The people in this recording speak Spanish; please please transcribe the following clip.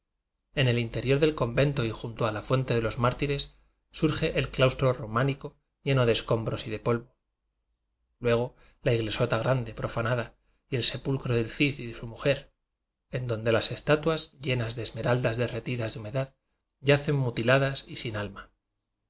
en el interior del con vento y junto a la fuente de los mártires surge ei claustro románico lleno de escom bros y de polvo luego la iglesota grande profanada y el sepulcro del cid y su mujer en donde las estatuas llenas de esmeraldas derretidas de humedad yacen mutiladas y sin alma